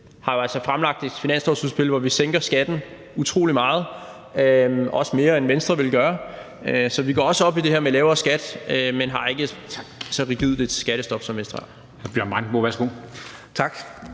altså fremlagt et finanslovsudspil, hvor vi sænker skatten utrolig meget, og også mere, end Venstre ville gøre, så vi går også op i det her med lavere skat, men har ikke et så rigidt ønske om skattestop, som Venstre